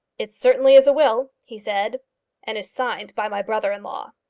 it certainly is a will, he said and is signed by my brother-in-law.